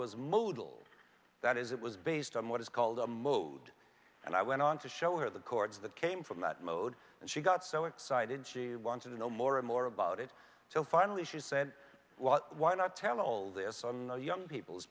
modal that is it was based on what is called a mode and i went on to show her the chords that came from that mode and she got so excited she wanted to know more and more about it so finally she said well why not tell all this on the young people's